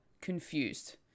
confused